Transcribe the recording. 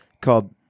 called